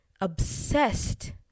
obsessed